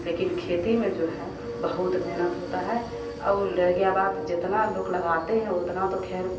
लेकिन खेती में जो हैं बहुत मेहनत होता हैं और रह गया बात जितना लोग लगाते हैं उतना तो खैर